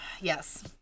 Yes